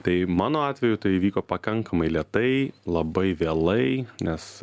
tai mano atveju tai vyko pakankamai lėtai labai vėlai nes